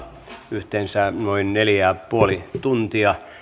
yhteensä noin neljä pilkku viisi tuntia